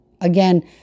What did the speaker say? Again